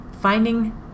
Finding